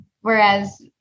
Whereas